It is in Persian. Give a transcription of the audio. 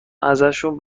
ازشون